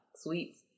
sweets